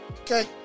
Okay